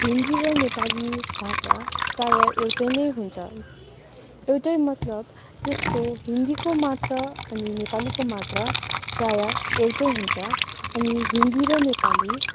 हिन्दी र नेपाली भाषा प्रायः एउटै नै हुन्छ एउटै मतलब त्यसको हिन्दीको मात्रा नेपालीको मात्रा प्रायः एउटै हुन्छ अनि हिन्दी र नेपाली